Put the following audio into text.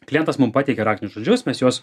klientas mums pateikia raktinius žodžius mes juos